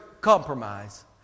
compromise